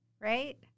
right